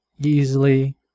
easily